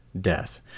death